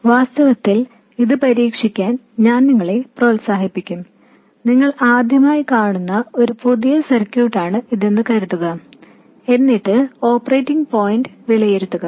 വാസ്തവത്തിൽ ഇത് പരീക്ഷിക്കാൻ ഞാൻ നിങ്ങളെ പ്രോത്സാഹിപ്പിക്കും നിങ്ങൾ ആദ്യമായി കാണുന്ന ഒരു പുതിയ സർക്യൂട്ടാണ് ഇതെന്ന് കരുതുക എന്നിട്ട് ഓപ്പറേറ്റിംഗ് പോയിന്റ് വിലയിരുത്തുക